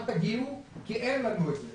אל תגיעו כי אין לנו את זה,